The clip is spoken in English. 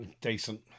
Decent